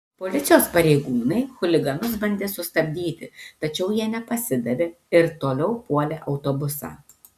policijos pareigūnai chuliganus bandė sustabdyti tačiau jie nepasidavė ir toliau puolė autobusą